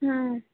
ಹಾಂ